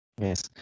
Yes